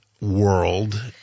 world